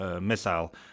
missile